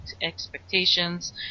expectations